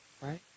right